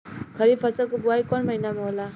खरीफ फसल क बुवाई कौन महीना में होला?